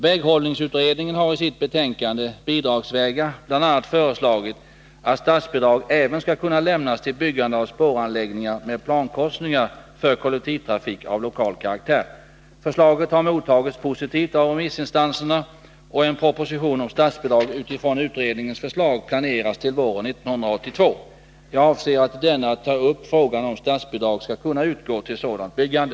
Väghållningsutredningen har i sitt betänkande Bidragsvägar bl.a. föreslagit att statsbidrag även skall kunna lämnas till byggande av spåranläggningar med plankorsningar för kollektivtrafik av lokal karaktär. Förslaget har mottagits positivt av remissinstanserna, och en proposition om statsbidrag utifrån utredningens förslag planeras till våren 1982. Jag avser att i denna ta upp frågan om statsbidrag skall kunna utgå till sådant byggande.